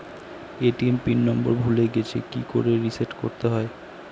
ATM pin number ভুলে গেছি কি করে রিসেট করতে হয়?